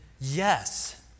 yes